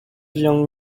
young